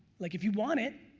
like if you want it,